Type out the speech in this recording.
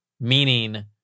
Meaning